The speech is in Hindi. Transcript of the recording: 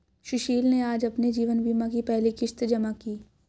सुशील ने आज अपने जीवन बीमा की पहली किश्त जमा की